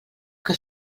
que